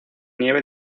nieve